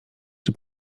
czy